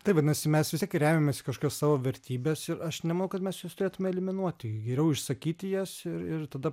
tai vadinasi mes vis tiek remiamės į kažkas savo vertybes ir aš nemanau kad mes jas turėtume eliminuoti geriau išsakyti jas ir ir tada